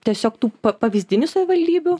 tiesiog tų pavyzdinių savivaldybių